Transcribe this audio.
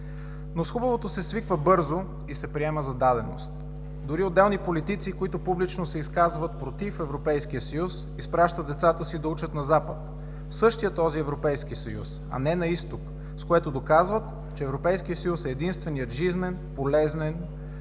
Но с хубавото се свиква бързо и се приема за даденост. Дори отделни политици, които публично се изказват против Европейския съюз, изпращат децата си да учат на Запад, в същия този Европейски съюз, а не на Изток, с което доказват, че Европейският съюз е единственият жизнен, полезен,